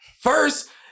first